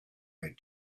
read